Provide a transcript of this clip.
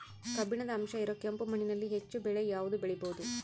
ಕಬ್ಬಿಣದ ಅಂಶ ಇರೋ ಕೆಂಪು ಮಣ್ಣಿನಲ್ಲಿ ಹೆಚ್ಚು ಬೆಳೆ ಯಾವುದು ಬೆಳಿಬೋದು?